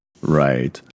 Right